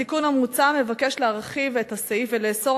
התיקון המוצע מבקש להרחיב את הסעיף ולאסור